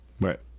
Right